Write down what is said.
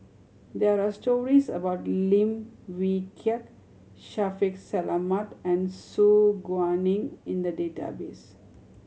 there are stories about Lim Wee Kiak Shaffiq Selamat and Su Guaning in the database